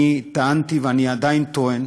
אני טענתי ואני עדיין טוען